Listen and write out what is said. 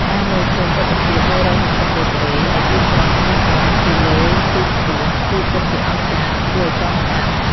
ការមើលឃើញទិដ្ឋភាព ៣៦០ ដឺក្រេនៃទីក្រុងភ្នំពេញពីលើទីខ្ពស់ គឺពិតជាអស្ចារ្យ និងគួរឱ្យចងចាំ។